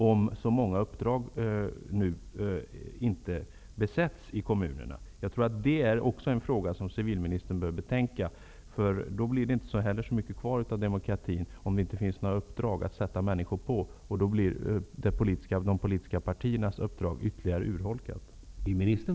De är många uppdrag som inte besätts ute i kommunerna, och det är också en fråga som civilministern bör betänka. Om det inte finns några uppdrag att engagera människor till, blir det inte så mycket kvar av demokratin, vilket ytterligare urholkar de politiska partiernas uppgifter.